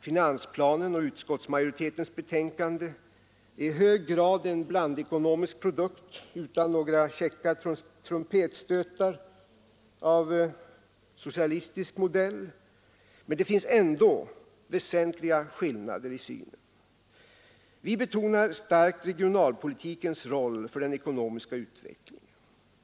Finansplanen och utskottsmajoritetens betänkande är i hög grad en blandekonomisk produkt utan några käcka trumpetstötar av socialistisk modell, men det finns ändå väsentliga skillnader i synen. Vi betonar starkt regionalpolitikens roll för den ekonomiska utvecklingen.